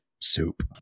soup